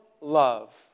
love